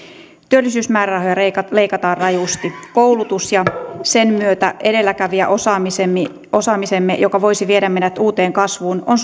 työllisyysmäärärahoja leikataan leikataan rajusti koulutus ja sen myötä edelläkävijäosaamisemme joka voisi viedä meidät uuteen kasvuun on